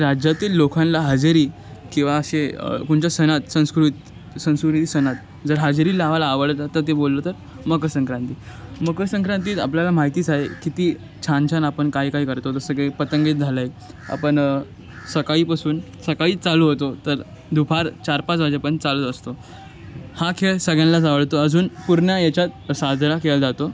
राज्यातील लोकांला हजेरी किंवा असे कोणच्या सणात संस्कृत सांस्कृतिक सणात जर हजेरी लावायला आवडतं तर ते बोललं तर मकरसंक्रांती मकरसंक्रांतीत आपल्याला माहितीच आहे किती छान छान आपण काही काही करतो जसं काही पतंगीत झालंय आपण सकाळपासून सकाळीच चालू होतो तर दुपार चारपाच वाजेपर्यंत चालूच असतो हा खेळ सगळ्यांलाच आवडतो अजून पूर्ण याच्यात साजरा केला जातो